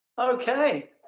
okay